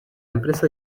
empresa